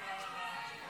ההצעה להעביר את